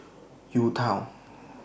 U Town